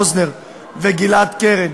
בין אם הוא יעלה ובין אם הוא ירד.